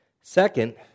Second